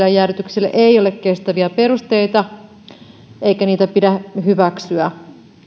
ja jäädytyksille ei ole kestäviä perusteita eikä niitä pidä hyväksyä